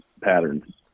patterns